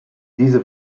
diese